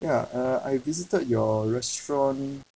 ya uh I visited your restaurant